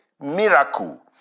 miracle